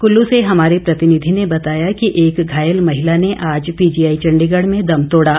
कुल्लू से हमारे प्रतिनिधि ने बताया कि एक घायल महिला ने आज पीजीआई चंडीगढ़ में दम तोड़ा